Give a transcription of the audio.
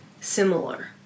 similar